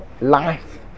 life